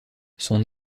son